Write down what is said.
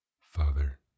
Father